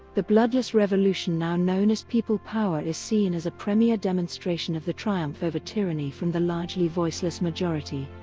the bloodless revolution now known as people power is seen as a premier demonstration of the triumph over tyranny from the largely voiceless majority.